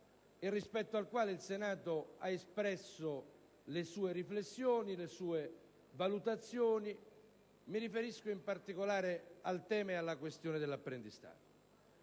e rispetto al quale il Senato ha espresso le sue riflessioni e le sue valutazioni. Mi riferisco in particolare al tema dell'apprendistato.